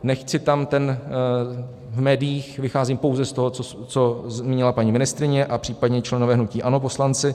Nechci tam ten v médiích, vycházím pouze z toho, co zmínila paní ministryně a případně členové hnutí ANO, poslanci.